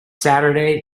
saturday